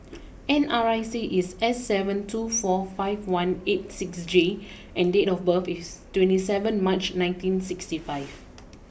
N R I C is S seven two four five one eight six J and date of birth is twenty seven March nineteen sixty five